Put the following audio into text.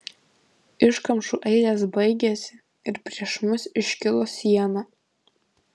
iškamšų eilės baigėsi ir prieš mus iškilo siena